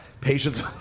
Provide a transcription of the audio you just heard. Patience